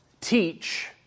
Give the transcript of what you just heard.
teach